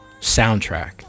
soundtrack